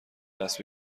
دست